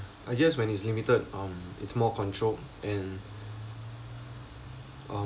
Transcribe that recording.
I guess when it's limited um it's more control and um